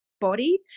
body